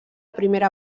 primera